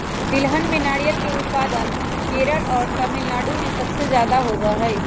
तिलहन में नारियल के उत्पादन केरल और तमिलनाडु में सबसे ज्यादा होबा हई